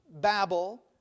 Babel